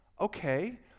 Okay